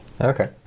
Okay